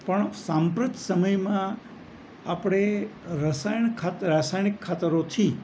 પણ સાંપ્રત સમયમાં આપણે રસાયણ ખાતે રાસાયણિક ખાતરોથી